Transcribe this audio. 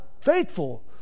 faithful